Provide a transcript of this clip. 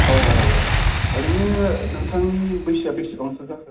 अह ओरैनो नोंथांनि बैसोआ बेसेबांसो जाखो